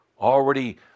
already